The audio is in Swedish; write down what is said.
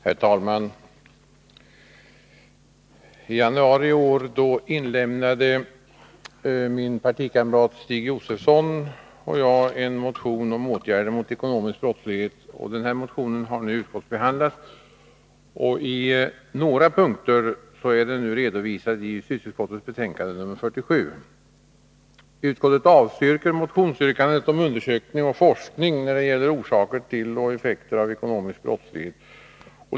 Herr talman! I januari i år inlämnade min partikamrat Stig Josefson och jag en motion om åtgärder mot ekonomisk brottslighet. Motionen har nu utskottsbehandlats, och i några punkter är den redovisad i justitieutskottets betänkande nr 47. Utskottet avstyrker motionsyrkandet om undersökning och forskning när det gäller orsaker till och effekter av ekonomisk brottslighet.